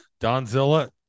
donzilla